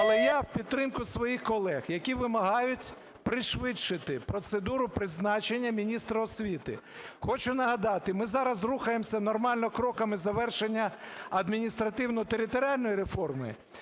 Але я в підтримку своїх колег, які вимагають пришвидшити процедуру призначення міністра освіти, хочу нагадати: ми зараз рухаємося нормально кроками завершення адміністративно-територіальної реформи,